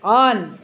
on